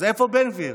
אז איפה בן גביר?